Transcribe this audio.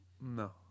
No